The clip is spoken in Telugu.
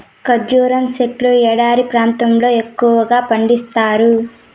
ఖర్జూరం సెట్లు ఎడారి ప్రాంతాల్లో ఎక్కువగా పండిత్తారు